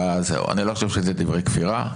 אני לא חושב שאלה דברי כפירה.